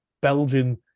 Belgian